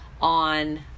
on